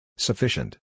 Sufficient